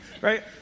right